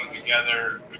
together